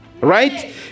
right